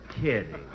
kidding